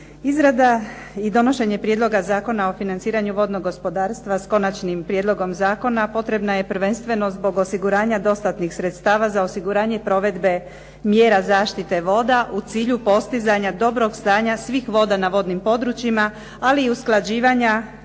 Izrada i donošenje Prijedloga zakona o financiranju vodnog gospodarstva s Konačnim prijedloga zakona potrebna je prvenstveno zbog osiguranja dostatnih sredstava za osiguranje i provedbe mjera zaštite voda u cilju postizanja dobrog stanja svih voda na vodnim područjima, ali i usklađivanja